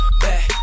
back